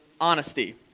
honesty